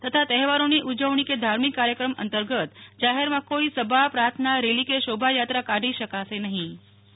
તથા તહેવારોની ઉજવણી કે ધાર્મિક કાર્યક્રમ અંતર્ગત જાહેરમાં કોઇ સભા પ્રાર્થના રેલી કે શોભાયાત્રા કાઢી શકાશે નહી નેહલ ઠક્કર